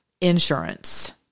Insurance